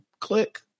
click